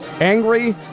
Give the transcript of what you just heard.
angry